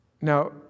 Now